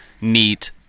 neat